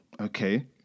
okay